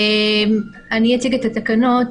אני אציג את התקנות.